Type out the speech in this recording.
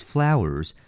Flowers